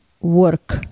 work